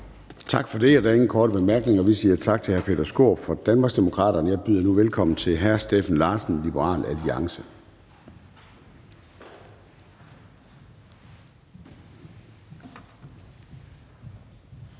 Tak for det. Der er ingen korte bemærkninger. Vi siger tak til hr. Peter Skaarup fra Danmarksdemokraterne. Jeg byder nu velkommen til hr. Steffen Larsen, Liberal Alliance.